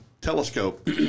telescope